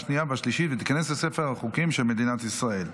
15 בעד, אין מתנגדים.